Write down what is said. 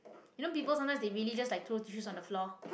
you know people sometimes they really just like throw tissues on the floor